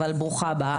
אבל ברוך הבא.